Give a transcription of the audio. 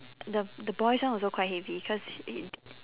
the the boys' one also quite heavy cause it